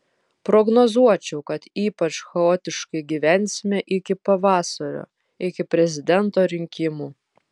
prognozuočiau kad ypač chaotiškai gyvensime iki pavasario iki prezidento rinkimų